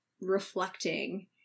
reflecting